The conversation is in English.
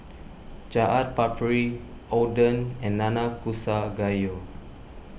Chaat Papri Oden and Nanakusa Gayu